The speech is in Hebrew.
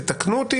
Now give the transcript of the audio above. תקנו אותי